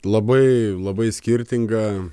labai labai skirtinga